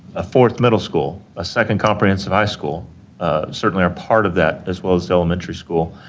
a fourth middle school, a second comprehensive high school certainly are part of that as well as the elementary school.